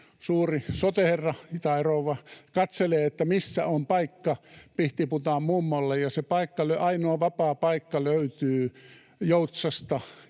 suuri sote-herra tai ‑rouva katselee, missä on paikka pihtiputaanmummolle, ja se ainoa vapaa paikka löytyy Joutsasta,